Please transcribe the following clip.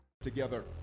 Together